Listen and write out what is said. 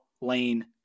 Lane